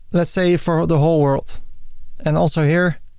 let's say for the whole world and also here.